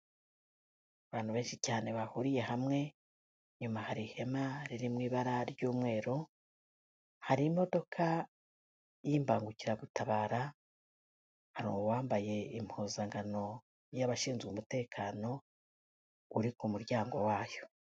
Abantu benshi cyane bahuriye hamwe, inyuma hari ihema riri mu ibara ry'umweru, hari imodoka y'Imbangukiragutabara, hari uwambaye impuzankano y'abashinzwe umutekano, uri ku muryango wayo.